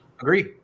Agree